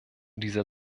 dieser